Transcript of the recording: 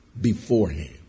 beforehand